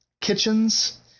kitchens